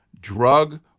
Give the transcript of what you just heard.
drug